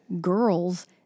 girls